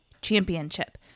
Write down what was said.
Championship